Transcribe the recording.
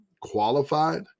qualified